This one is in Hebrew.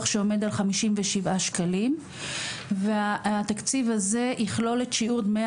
שעומד על 57 שקלים והתקציב הזה יכלול את שיעור דמי